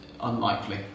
unlikely